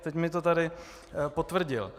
Teď mi to tady potvrdil.